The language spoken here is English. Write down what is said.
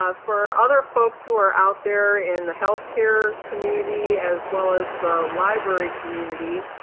ah for other folks who are out there in the health care community, as well as the library community.